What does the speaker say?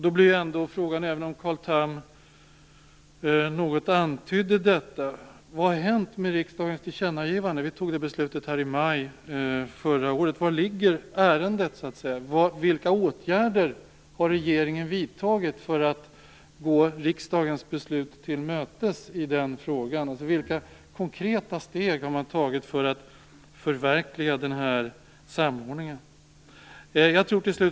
Även om Carl Tham gav en viss antydan undrar jag: Vad har hänt med riksdagens tillkännagivande - vi fattade ju beslut i maj förra året? Var ligger ärendet? Vilka åtgärder har regeringen vidtagit för att gå riksdagens beslut till mötes i frågan? Vilka konkreta steg har man alltså tagit för att förverkliga denna samordning? Fru talman!